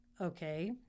Okay